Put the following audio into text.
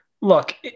look